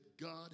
God